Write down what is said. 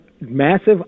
massive